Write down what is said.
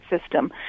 system